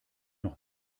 noch